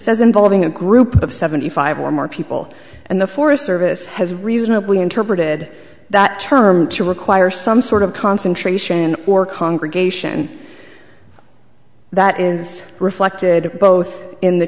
says involving a group of seventy five or more people and the forest service has reasonably interpreted that term to require some sort of concentration or congregation that is reflected both in the